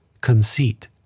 Conceit